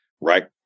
right